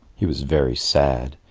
he was very sad,